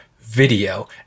video